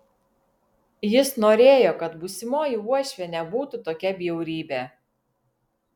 jis norėjo kad būsimoji uošvė nebūtų tokia bjaurybė